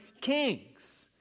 kings